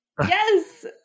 Yes